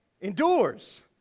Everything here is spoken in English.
endures